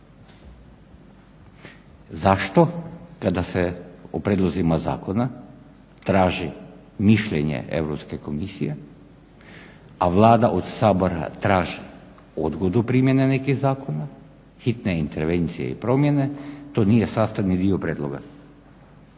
Zašto kada se u prijedlozima zakona traži mišljenje Europske komisije, a Vlada od Sabora traži odgodu primjene nekih zakona, hitne intervencije i promjene, to nije sastavni dio prijedloga.